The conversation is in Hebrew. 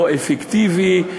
לא אפקטיבי,